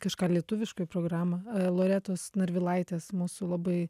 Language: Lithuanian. kažką lietuviškai programą loretos narvilaitės mūsų labai